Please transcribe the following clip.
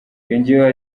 yongeyeho